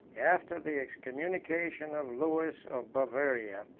after the excommunication of lewis of bavaria,